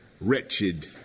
wretched